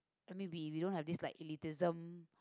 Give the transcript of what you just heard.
I mean we we don't have like this elitism